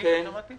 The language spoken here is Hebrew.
לפי בקשת הוועדה,